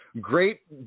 great